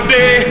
day